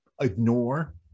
ignore